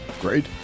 great